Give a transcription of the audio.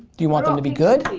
do you want them to be good?